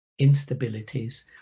instabilities